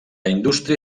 indústria